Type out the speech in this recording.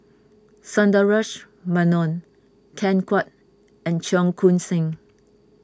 Sundaresh Menon Ken Kwek and Cheong Koon Seng